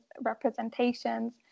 representations